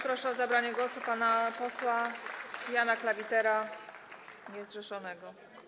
Proszę o zabranie głosu pana posła Jana Klawitera, niezrzeszonego.